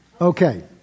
Okay